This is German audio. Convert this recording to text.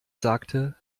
sagte